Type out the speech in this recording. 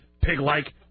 pig-like